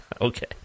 Okay